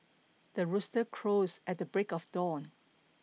the rooster crows at the break of dawn